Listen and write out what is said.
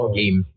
game